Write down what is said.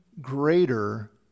greater